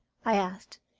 i asked.